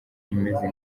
imeze